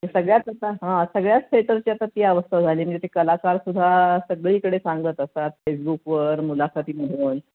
सगळ्यात आता हां सगळ्याच थेटरची आता ती अवस्था झाली म्हणजे ते कलाकारसुद्धा सगळीकडे सांगत असतात फेसबुकवर मुलाखतीमधून